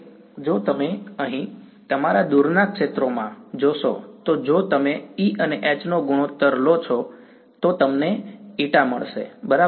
હા કારણ કે જો તમે અહીં તમારા દૂરના ક્ષેત્રોમાં જોશો તો જો તમે E અને H નો ગુણોત્તર લો છો તો તમને η મળશે બરાબર